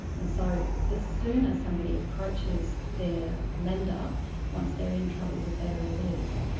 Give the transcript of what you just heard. and so the sooner somebody approaches their lender once they're in trouble, the better it is.